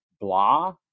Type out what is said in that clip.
blah